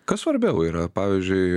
kas svarbiau yra pavyzdžiui